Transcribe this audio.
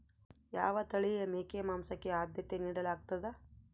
ಯಾವ ತಳಿಯ ಮೇಕೆ ಮಾಂಸಕ್ಕೆ, ಆದ್ಯತೆ ನೇಡಲಾಗ್ತದ?